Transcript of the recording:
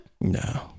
No